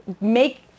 make